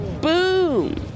boom